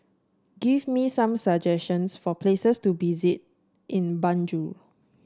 give me some suggestions for places to visit in Banjul